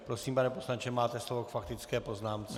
Prosím, pane poslanče, máte slovo k faktické poznámce.